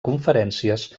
conferències